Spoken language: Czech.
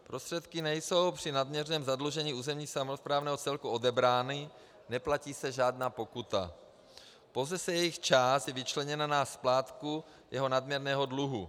Prostředky nejsou při nadměrném zadlužení územně samosprávného celku odebrány, neplatí se žádná pokuta, pouze je jejich část vyčleněna na splátku jeho nadměrného dluhu.